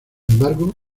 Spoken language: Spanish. embargo